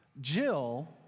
Jill